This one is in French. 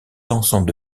ensemble